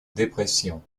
dépression